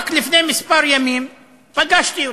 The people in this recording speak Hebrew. רק לפני כמה ימים פגשנו אותו,